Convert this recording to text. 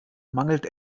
mangelt